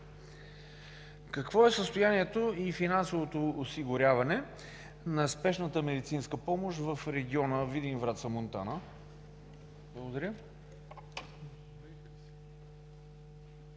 какво е състоянието и финансовото осигуряване на Спешната медицинска помощ в региона Видин – Враца – Монтана? Благодаря.